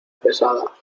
pesada